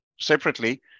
separately